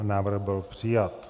Návrh byl přijat.